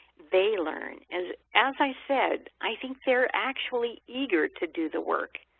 they learn. as as i said, i think they're actually eager to do the work.